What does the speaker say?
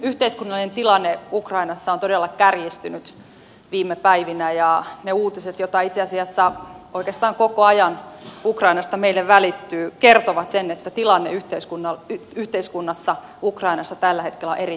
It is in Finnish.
yhteiskunnallinen tilanne ukrainassa on todella kärjistynyt viime päivinä ja ne uutiset joita itse asiassa oikeastaan koko ajan ukrainasta meille välittyy kertovat sen että tilanne yhteiskunnassa ukrainassa tällä hetkellä on erittäin vakava